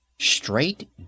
Straight